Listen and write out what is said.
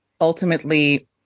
ultimately